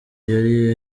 yari